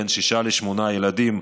בין שישה לשמונה ילדים.